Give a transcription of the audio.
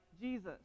Jesus